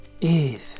Eve